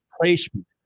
placement